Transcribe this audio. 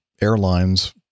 airlines